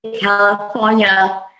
California